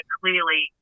clearly